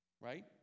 Right